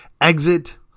exit